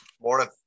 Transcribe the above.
Morning